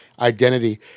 identity